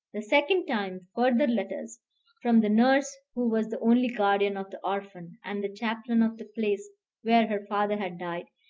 the second time, further letters from the nurse who was the only guardian of the orphan, and the chaplain of the place where her father had died,